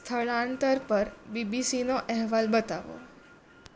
સ્થળાંતર પર બીબીસીનો અહેવાલ બતાવો